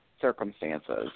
circumstances